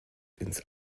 ins